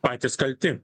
patys kalti